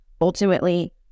ultimately